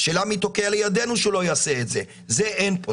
השאלה מי תוקע לידינו שלא יעשה את זה, זה אין פה.